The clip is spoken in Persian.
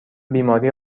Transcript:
بیماری